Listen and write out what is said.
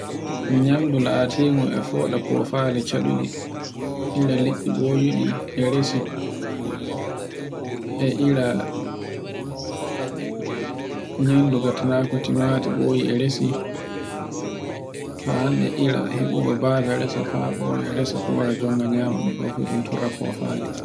Nyamdu latindu e du foɗa fofale caɗuɗi, ira liɗɗi ɓowiɗi e resi, e ira nyamdu gattinahu tumati ɓoyi e resi, haa hande ira heɓugo babe resa faɓo ye resa ko wara jonga nyomo ɗo ɗun fu e ɗun torra fofale.